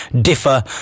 differ